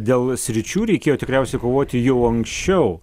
dėl sričių reikėjo tikriausiai kovoti jau anksčiau